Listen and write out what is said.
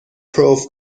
پرو